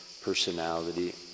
personality